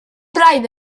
braidd